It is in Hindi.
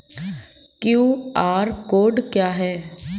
क्यू.आर कोड क्या है?